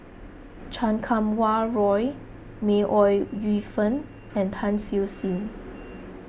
Chan Kum Wah Roy May Ooi Yu Fen and Tan Siew Sin